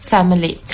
Family